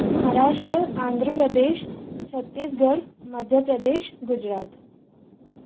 Maharashtra Andhra Pradesh Chhattisgarh Madhya Pradesh Gujarat